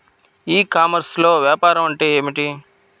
ఈ కామర్స్లో వ్యాపారం అంటే ఏమిటి?